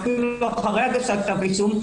ואפילו אחרי הגשת כתב האישום,